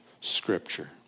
scripture